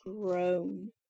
grown